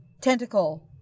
tentacle